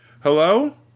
Hello